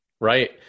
right